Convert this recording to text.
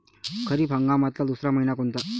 खरीप हंगामातला दुसरा मइना कोनता?